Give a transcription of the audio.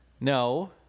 No